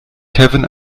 kevin